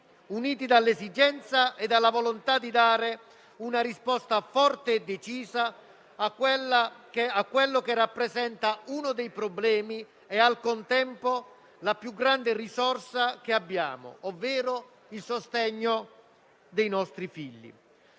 uniti dall'esigenza e dalla volontà di dare una risposta forte e decisa a quello che rappresenta uno dei problemi e, al contempo, la più grande risorsa che abbiamo, ovvero il sostegno dei nostri figli.